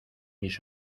mis